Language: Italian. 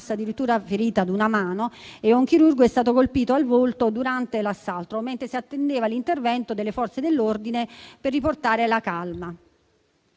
addirittura ferita ad una mano e un chirurgo è stato colpito al volto durante l'assalto, mentre si attendeva l'intervento delle Forze dell'ordine per riportare la calma.